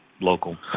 local